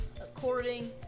According